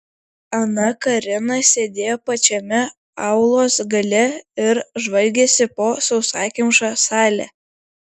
ana karina sėdėjo pačiame aulos gale ir žvalgėsi po sausakimšą salę